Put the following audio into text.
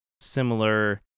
similar